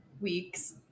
weeks